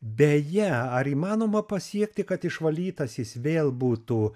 beje ar įmanoma pasiekti kad išvalytas jis vėl būtų